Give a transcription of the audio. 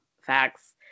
facts